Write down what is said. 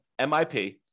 MIP